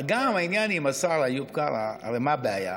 אגב, העניין עם השר איוב קרא, הרי מה הבעיה?